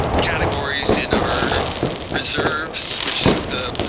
categories in our reserves, which is the